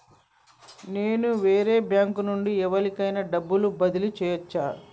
నేను వేరే బ్యాంకు నుండి ఎవలికైనా డబ్బు బదిలీ చేయచ్చా?